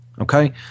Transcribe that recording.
Okay